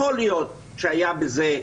יכול להיות שהיה בזה,